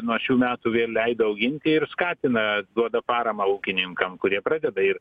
nuo šių metų vėl leido auginti ir skatina duoda paramą ūkininkam kurie pradeda ir